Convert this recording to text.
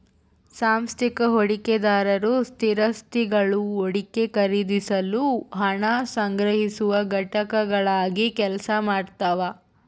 ಸಾಂಸ್ಥಿಕ ಹೂಡಿಕೆದಾರರು ಸ್ಥಿರಾಸ್ತಿಗುಳು ಹೂಡಿಕೆ ಖರೀದಿಸಲು ಹಣ ಸಂಗ್ರಹಿಸುವ ಘಟಕಗಳಾಗಿ ಕೆಲಸ ಮಾಡ್ತವ